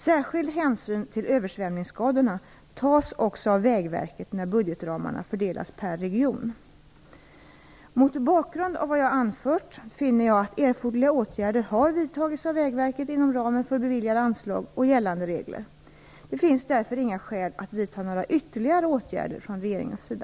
Särskild hänsyn till översvämningsskadorna tas också av Vägverket när budgetramarna fördelas per region. Mot bakgrund av vad jag anfört finner jag att erforderliga åtgärder har vidtagits av Vägverket inom ramen för beviljade anslag och gällande regler. Det finns därför inga skäl att vidta några ytterligare åtgärder från regeringens sida.